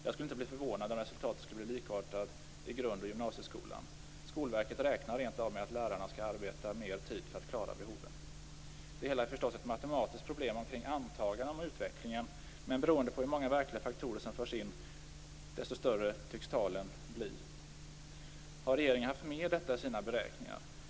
Jag skulle inte bli förvånad om resultatet skulle bli likartat i grund och gymnasieskolan. Skolverket räknar rent av med att lärarna skall arbeta mer tid för att klara behoven. Det hela är förstås ett matematiskt problem kring antaganden om utvecklingen, men ju fler verkliga faktorer som förs in, desto större tycks talen bli. Har regeringen haft med detta i sina beräkningar?